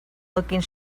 looking